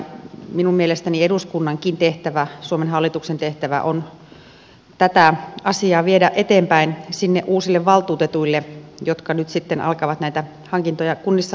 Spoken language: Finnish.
minun mielestäni eduskunnankin tehtävä suomen hallituksen tehtävä on tätä asiaa viedä eteenpäin uusille valtuutetuille jotka nyt sitten alkavat näitä hankintoja kunnissa hoitaa